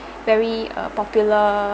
very uh popular